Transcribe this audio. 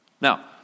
Now